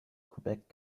quebec